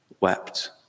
wept